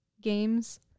games